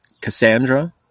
Cassandra